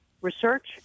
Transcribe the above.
research